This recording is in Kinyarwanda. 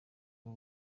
rwo